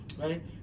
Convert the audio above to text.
right